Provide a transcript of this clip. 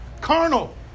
carnal